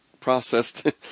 processed